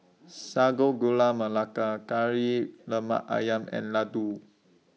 Sago Gula Melaka Kari Lemak Ayam and Laddu